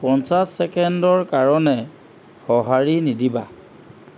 পঞ্চাশ ছেকেণ্ডৰ কাৰণে সঁহাৰি নিদিবা